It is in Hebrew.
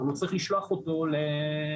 אבל הוא צריך לשלוח אותו לאירופה,